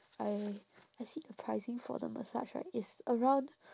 I I see the pricing for the massage right it's around